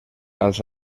als